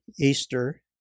Easter